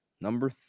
Number